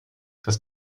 das